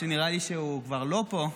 נראה לי שהוא כבר לא פה,